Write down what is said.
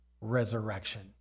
resurrection